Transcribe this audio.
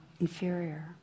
inferior